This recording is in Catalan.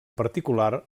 particular